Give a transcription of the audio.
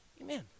amen